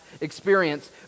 experience